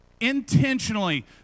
intentionally